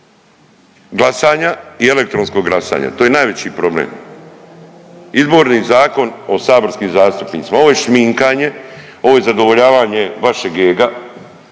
glasanja i elektronskog glasanja, to je najveći problem. Izborni zakon o saborskim zastupnicima, ovo je šminkanje, ovo je zadovoljavanje vašeg ega